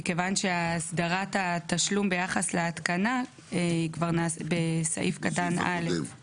מכיוון שהסדרת התשלום ביחס להתקנה כבר נעשית בסעיף קטן א'.